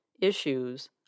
Issues